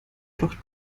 doch